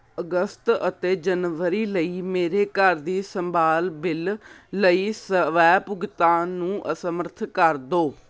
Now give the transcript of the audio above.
ਅਗਸਤ ਅਤੇ ਜਨਵਰੀ ਲਈ ਮੇਰੇ ਘਰ ਦੀ ਸੰਭਾਲ ਬਿੱਲ ਲਈ ਸਵੈ ਭੁਗਤਾਨ ਨੂੰ ਅਸਮਰੱਥ ਕਰ ਦਿਓ